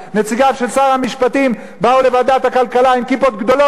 נציגיו של שר המשפטים באו לוועדת הכלכלה עם כיפות גדולות,